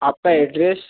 आपका एड्रेस